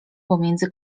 pomiędzy